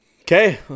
Okay